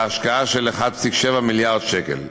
בהשקעה של כ-1.7 מיליארד שקל.